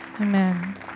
Amen